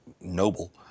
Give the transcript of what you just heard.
noble